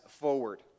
forward